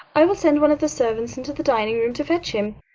i will send one of the servants into the dining-room to fetch him.